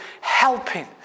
helping